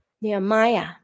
Nehemiah